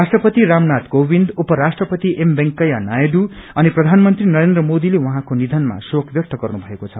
राष्ट्रपति रामनाथ कोविन्द उपराष्ट्रपति एम वेकैया नायडू अनि प्रधानमंत्री नरेन्द्र मोदील उहाँको निधनमा शोक व्यक्त गर्नु भएको छ